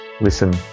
Listen